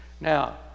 now